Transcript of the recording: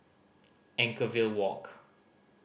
Anchorvale Walk